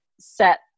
set